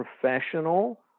professional